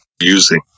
using